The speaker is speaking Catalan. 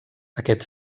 aquest